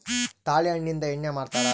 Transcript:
ತಾಳೆ ಹಣ್ಣಿಂದ ಎಣ್ಣೆ ಮಾಡ್ತರಾ